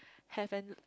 have an